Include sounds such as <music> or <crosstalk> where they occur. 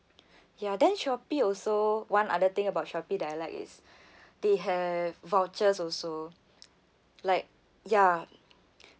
ya then shopee also one other thing about shopee that I like is <breath> they have vouchers also like ya